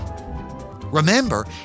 Remember